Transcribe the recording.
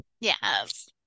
Yes